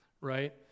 right